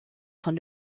von